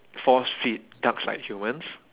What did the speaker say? force feed ducks like humans